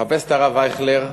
חפש את הרב אייכלר,